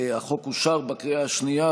החוק אושר בקריאה השנייה.